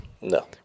No